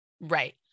Right